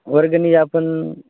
वर्गणी आपण